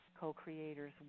co-creators